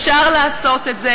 אפשר לעשות את זה.